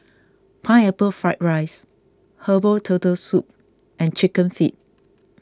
Pineapple Fried Rice Herbal Turtle Soup and Chicken Feet